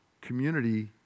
community